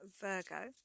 Virgo